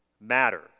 matter